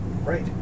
Right